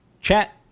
Chat